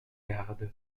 garde